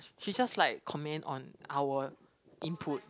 she just like comment on our input